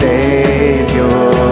Savior